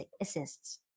assists